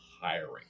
hiring